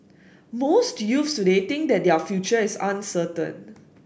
most youths today think that their future is uncertain